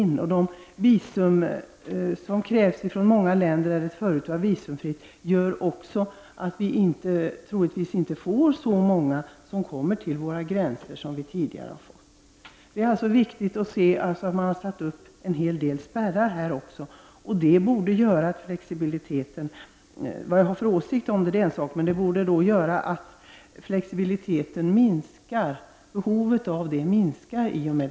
Att visum krävs från många länder där det förut var visumfritt gör också att det troligen inte blir så många som kommer till våra gränser som tidigare. Man har alltså här satt upp en hel del spärrar. Vad jag har för åsikt om det är en sak, men det borde göra att behovet av flexibilitet minskar.